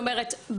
זאת אומרת,